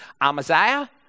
Amaziah